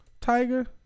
Tiger